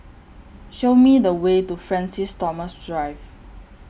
Show Me The Way to Francis Thomas Drive